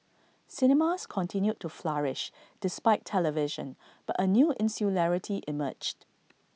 cinemas continued to flourish despite television but A new insularity emerged